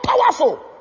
powerful